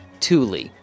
Thule